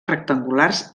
rectangulars